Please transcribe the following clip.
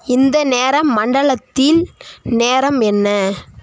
இந்த நேரம் மண்டலத்தில் நேரம் என்ன